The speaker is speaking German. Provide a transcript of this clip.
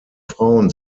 frauen